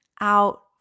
out